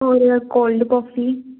ਔਰ cold coffee